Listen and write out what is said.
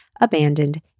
abandoned